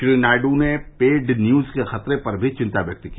श्री नायडू ने paid news के खतरे पर भी चिंता व्यक्त की